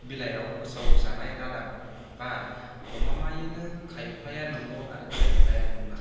बिलाइयाव फोसावजानाय रादाबा गमामायैनो खायफाया नंगौ आरो खायफाया नङा